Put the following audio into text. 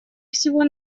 всего